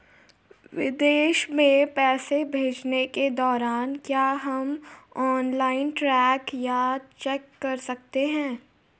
विदेश में पैसे भेजने के दौरान क्या हम ऑनलाइन ट्रैक या चेक कर सकते हैं?